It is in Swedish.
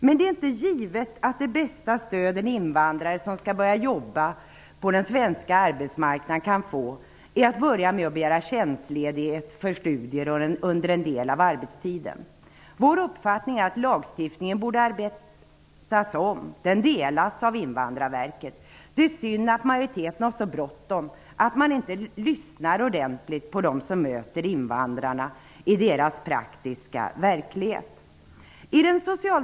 Men det är inte givet att det bästa stöd en invandrare, som skall börja jobba på den svenska arbetsmarknaden, kan få är att tvingas börja med att begära tjänstledighet för studier under en del av arbetstiden. Vår uppfattning, som delas av Invandrarverket, är att lagstiftningen borde arbetas om. Det är synd att majoriteten har så bråttom att man inte lyssnar ordentligt på dem som möter invandrarna i deras praktiska verklighet.